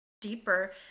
deeper